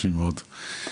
מרשים מאוד.